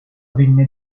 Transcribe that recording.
venne